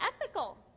ethical